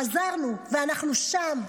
חזרנו ואנחנו שם,